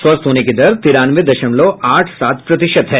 स्वस्थ होने की दर तिरानवे दशमलव आठ सात प्रतिशत है